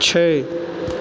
छै